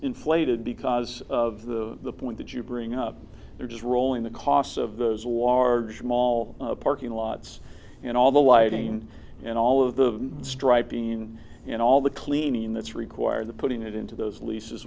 inflated because of the the point that you bring up they're just rolling the costs of those wards mall parking lots and all the wiring and all of the stripe being you know all the cleaning that's required the putting it into those leases